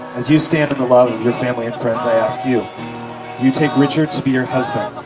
as you stand in the love of your family and friends, i ask you, do you take richard to be your husband,